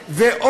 חרגת מהזמן.